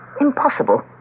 impossible